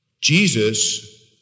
Jesus